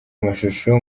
mashusho